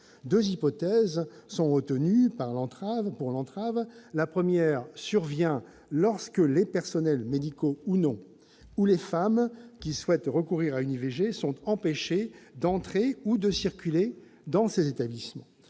deux hypothèses sont retenues. La première survient lorsque les personnels, médicaux ou non, ou les femmes qui souhaitent recourir à une IVG sont empêchés d'entrer ou de circuler dans ces établissements.